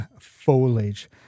foliage